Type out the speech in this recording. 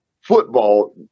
football